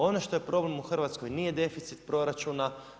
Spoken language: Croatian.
Ono što je problem u Hrvatskoj nije deficit proračuna.